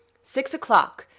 six o'clock!